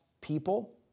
people